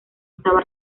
estaba